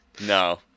No